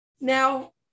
Now